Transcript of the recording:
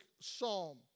psalm